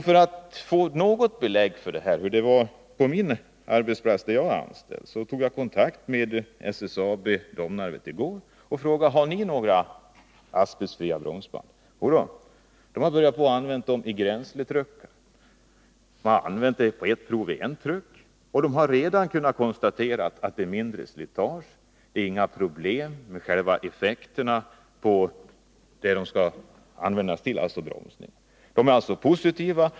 För att få något belägg för hur det förhåller sig med det på den arbetsplats där jag är anställd tog jag i går kontakt med SSAB i Domnarvet och frågade: ”Har ni några asbestfria bromsband?” Jo då, vi har börjat använda dem i grensletruckar, svarade man. Vi har använt dem på prov i en truck och redan kunnat konstatera mindre slitage och att det inte är några problem med bromsningseffekterna. De ställer sig alltså positiva.